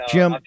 Jim